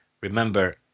Remember